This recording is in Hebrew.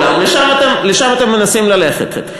לשם אתם מנסים ללכת.